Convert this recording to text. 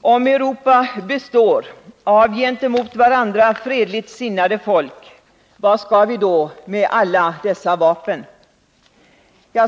Om Europa består av gentemot varandra fredligt sinnade folk — vad skall vi då med alla dessa vapen?